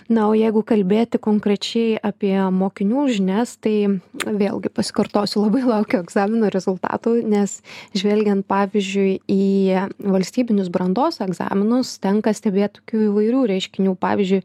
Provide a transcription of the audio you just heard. na o jei jeigu kalbėti konkrečiai apie mokinių žinias tai vėlgi pasikartosiu labai laukiu egzaminų rezultatų nes žvelgiant pavyzdžiui į valstybinius brandos egzaminus tenka stebėt tokių įvairių reiškinių pavyzdžiui